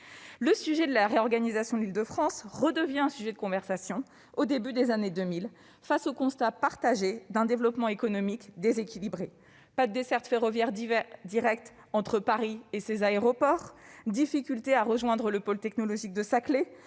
couronne. La réorganisation de l'Île-de-France redevient un sujet de conversation au début des années 2000, face au constat partagé d'un développement économique déséquilibré : pas de desserte ferroviaire directe entre le centre de Paris et ses aéroports ; difficultés à rejoindre le pôle technologique de Saclay